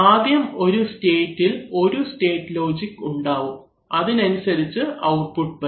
ആദ്യം ഒരു സ്റ്റേറ്റ്ഇൽ ഒരു സ്റ്റേറ്റ് ലോജിക് ഉണ്ടാവും അതിനനുസരിച്ച് ഔട്ട്പുട്ട് വരും